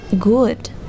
good